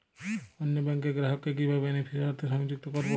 অন্য ব্যাংক র গ্রাহক কে কিভাবে বেনিফিসিয়ারি তে সংযুক্ত করবো?